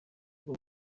ubwo